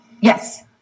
Yes